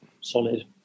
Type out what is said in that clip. solid